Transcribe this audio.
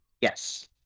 Yes